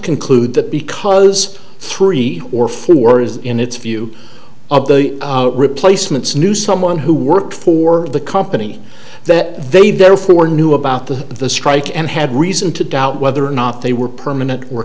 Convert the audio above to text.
conclude that because three or four is in its view of the replacement's knew someone who worked for the company that they therefore knew about the the strike and had reason to doubt whether or not they were permanent or